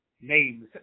names